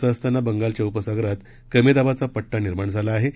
असे असताना बंगालच्या उपसागरात कमी दाबाचा पट्टा निर्माण झाला आहे